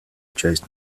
часть